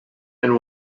and